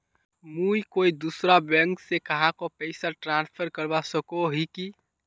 मुई कोई दूसरा बैंक से कहाको पैसा ट्रांसफर करवा सको ही कि?